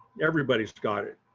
everybody's got it.